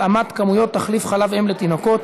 התאמת כמויות תחליף חלב-אם לתינוקות),